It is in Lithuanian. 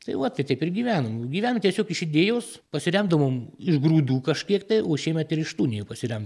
tai va tai taip ir gyvenam gyvena tiesiog iš idėjos pasisemdavom iš grūdų kažkiek tai o šiemet ir iš tų nėjo pasiremt